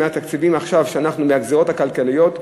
מהתקציבים עכשיו ומהגזירות הכלכליות,